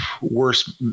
worse